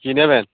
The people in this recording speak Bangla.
কী নেবেন